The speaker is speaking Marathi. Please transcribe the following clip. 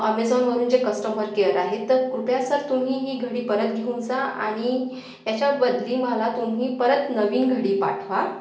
अमेझोनवरून जे कस्टमर केअर आहे तर कृपया सर तुम्ही ही घडी परत घेऊन जा आणि याच्या बदली मला तुम्ही परत नवीन घडी पाठवा